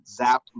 zapped